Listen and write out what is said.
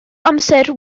amser